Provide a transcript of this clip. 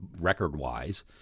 record-wise